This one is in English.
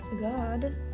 God